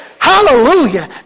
Hallelujah